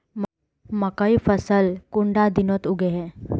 मकई फसल कुंडा दिनोत उगैहे?